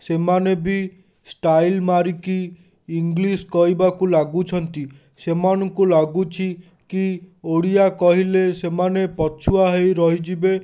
ସେମାନେ ବି ଷ୍ଟାଇଲ୍ ମାରିକି ଇଂଲିଶ୍ କହିବାକୁ ଲାଗୁଛନ୍ତି ସେମାନଙ୍କୁ ଲାଗୁଛି କି ଓଡ଼ିଆ କହିଲେ ସେମାନେ ପଛୁଆ ହେଇ ରହିଯିବେ